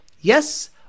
Yes